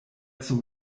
zum